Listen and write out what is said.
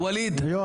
יואב?